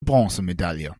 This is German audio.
bronzemedaille